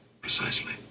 Precisely